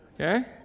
Okay